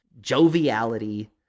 joviality